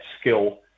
skill